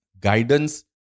guidance